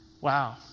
Wow